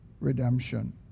redemption